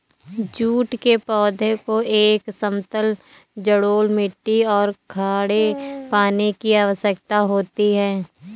jute के पौधे को एक समतल जलोढ़ मिट्टी और खड़े पानी की आवश्यकता होती है